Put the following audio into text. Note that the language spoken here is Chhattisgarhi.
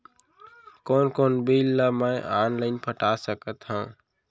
कोन कोन बिल ला मैं ऑनलाइन पटा सकत हव?